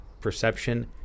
perception